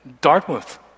Dartmouth